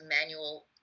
manual